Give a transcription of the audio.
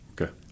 Okay